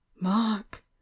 mark